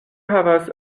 havas